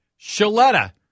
Shaletta